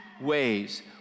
ways